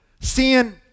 seeing